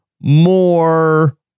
more